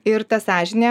ir ta sąžinė